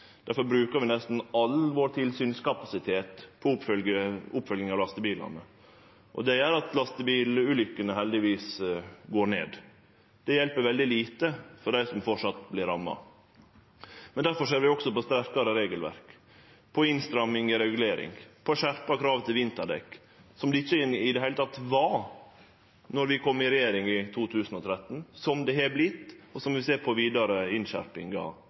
brukar vi nesten all tilsynskapasiteten vår på oppfølging av lastebilane. Det gjer at talet på lastebilulukker heldigvis går ned. Det hjelper veldig lite dei som framleis vert ramma. Difor ser vi også på sterkare regelverk, på innstramming i regulering, på skjerpa krav til vinterdekk – som det ikkje i det heile var då vi kom i regjering i 2013, som det har vorte, og som vi ser på vidare innskjerpingar